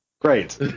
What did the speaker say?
Great